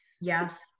Yes